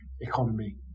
economy